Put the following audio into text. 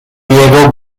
diego